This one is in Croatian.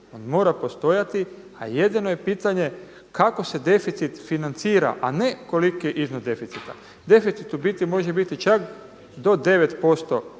on mora postojati, a jedino je pitanje kako se deficit financira, a ne koliki je iznos deficita. Deficit u biti može biti čak do 9%